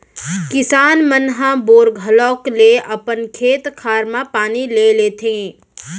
किसान मन ह बोर घलौक ले अपन खेत खार म पानी ले लेथें